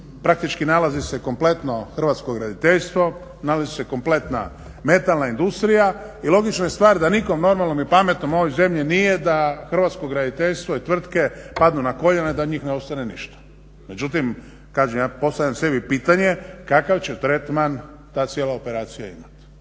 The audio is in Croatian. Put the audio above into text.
praktički nalazi se kompletno hrvatsko graditeljstvo, nalazi se kompletna metalna industrija i logična je stvar da nitko normalan i pametan u ovoj zemlji nije da hrvatsko graditeljstvo i tvrtke padnu na koljena i da od njih ne ostane ništa. Međutim, kažem ja postavljam sebi pitanje kakav će tretman ta cijela operacija imati?